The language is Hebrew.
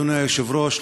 אדוני היושב-ראש,